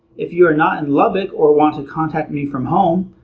if you are not in lubbock or want to contact me from home,